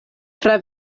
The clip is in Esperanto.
tra